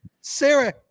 Sarah